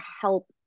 help